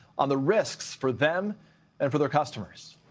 on the risks for them and for their customers.